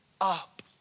up